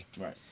Right